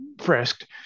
frisked